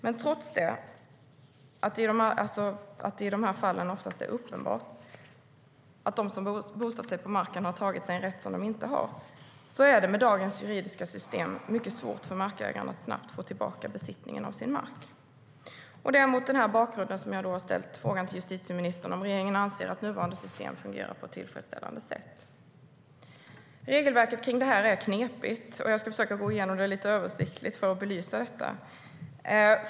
Men trots att det i dessa fall är uppenbart att de som har bosatt sig på marken har tagit sig en rätt som de inte har är det med dagens juridiska system mycket svårt för markägaren att snabbt få tillbaka besittningen av sin mark. Det är mot denna bakgrund jag har ställt frågan till justitieministern om regeringen anser att nuvarande system fungerar på ett tillfredsställande sätt. Regelverket kring detta är knepigt. Jag ska försöka få igenom det lite översiktligt för att belysa det.